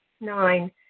Nine